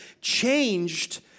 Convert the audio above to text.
changed